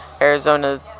Arizona